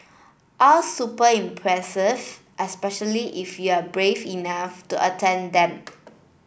all super impressive especially if you are brave enough to attempt them